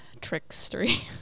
trickstery